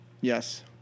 Yes